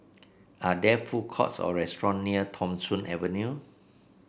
are there food courts or restaurant near Tham Soong Avenue